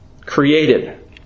created